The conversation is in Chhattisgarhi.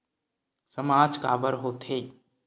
सामाज काबर हो थे?